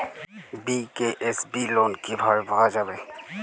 BKSB loan কিভাবে পাওয়া যাবে?